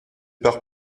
par